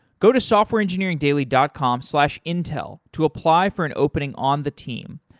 go to softwareengineeringdaily dot com slash intel to apply for an opening on the team.